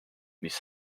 mis